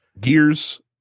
Gears